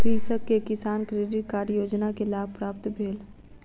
कृषक के किसान क्रेडिट कार्ड योजना के लाभ प्राप्त भेल